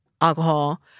alcohol